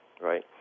right